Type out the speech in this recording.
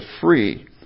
free